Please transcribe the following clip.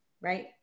right